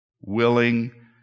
willing